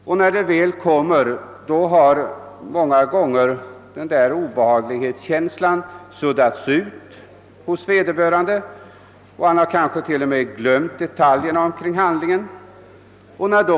När väl påföljden kommer har obehagskänslan många gånger suddats ut hos vederbörande, och han har kanske till och med glömt detaljerna kring handlingen.